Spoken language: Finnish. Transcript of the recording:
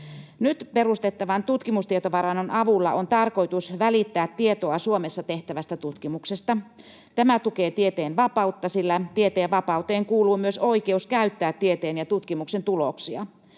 Nyt perustettavan tutkimustietovarannon avulla on tarkoitus välittää tietoa Suomessa tehtävästä tutkimuksesta. Tämä tukee tieteen vapautta, sillä tieteen vapauteen kuuluu myös oikeus käyttää tieteen ja tutkimuksen tuloksia.